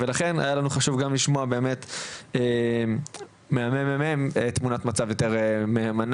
לכן היה לנו חשוב לקבל מהממ"מ תמונת מצב יותר מהימנה.